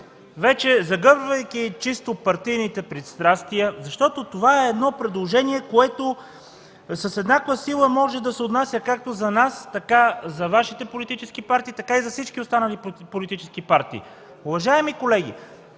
вече загърбвайки чисто партийните пристрастия, щото това е едно предложение, което с еднаква сила може да се отнася както за нас, така и за Вашите политически партии, така и за всички останали политически партии. Уважаеми колеги,